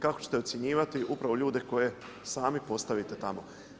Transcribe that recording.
Kako ćete ocjenjivati upravo ljude koje sami postavite tamo.